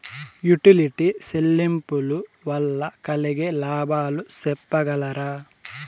Utility చెల్లింపులు వల్ల కలిగే లాభాలు సెప్పగలరా?